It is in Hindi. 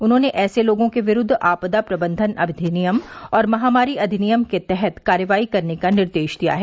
उन्होंने ऐसे लोगों के विरूद्व आपदा प्रबंधन अधिनियम और महामारी अधिनियम के तहत कार्रवाई करने का निर्देश दिया है